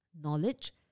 Knowledge